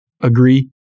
agree